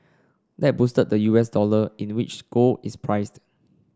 that boosted the U S dollar in the which gold is priced